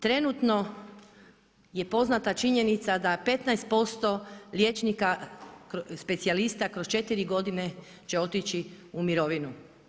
Trenutno je poznata činjenica da 15% liječnika specijalista kroz 4 godine će otići u mirovinu.